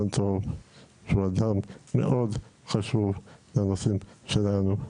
טוב שהוא אדם מאוד חשוב לנושאים שלנו.